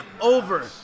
over